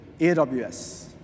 AWS